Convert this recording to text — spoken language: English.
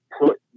put